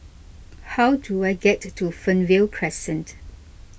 how do I get to Fernvale Crescent